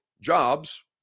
jobs